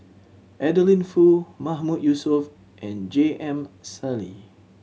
Adeline Foo Mahmood Yusof and J M Sali